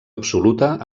absoluta